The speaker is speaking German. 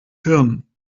hirn